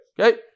okay